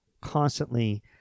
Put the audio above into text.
constantly